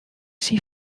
syn